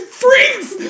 freaks